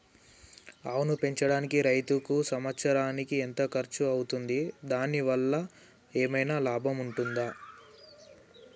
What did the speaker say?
ఆవును పెంచడానికి రైతుకు సంవత్సరానికి ఎంత డబ్బు ఖర్చు అయితది? దాని వల్ల లాభం ఏమన్నా ఉంటుందా?